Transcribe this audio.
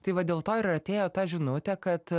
tai va dėl to ir atėjo ta žinutė kad